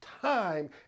time